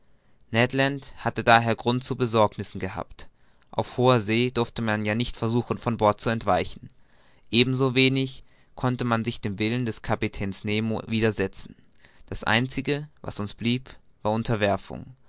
hatte daher grund zu besorgnissen gehabt auf hoher see durfte man ja nicht versuchen vom bord zu entweichen ebenso wenig konnte man sich dem willen des kapitäns nemo widersetzen das einzige was uns blieb war unterwerfung